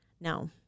No